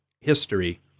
history